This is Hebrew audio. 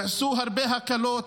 נעשו הרבה הקלות,